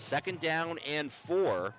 second down and fo